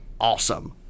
awesome